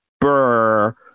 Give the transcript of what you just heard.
Burr